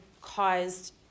caused